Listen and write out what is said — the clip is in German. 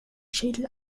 schädel